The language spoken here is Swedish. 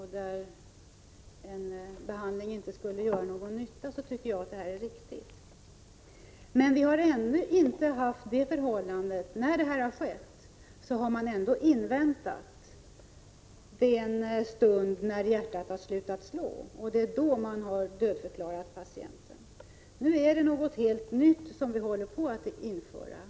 I de fall behandling inte skulle göra nytta tycker jag det är riktigt att avbryta den. När detta har skett, har man ändå inväntat den stund när hjärtat slutat slå. Det är först då man har dödförklarat patienten. Nu är det något helt nytt vi håller på att införa.